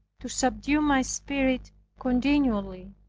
to subdue my spirit continually.